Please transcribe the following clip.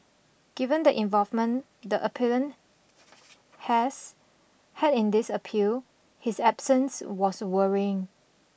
given the involvement the appellant has had in this appeal his absence was worrying